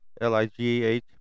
L-I-G-H